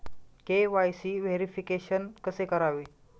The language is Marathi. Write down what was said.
के.वाय.सी व्हेरिफिकेशन कसे करावे?